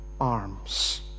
arms